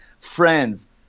friends